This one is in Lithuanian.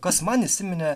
kas man įsiminė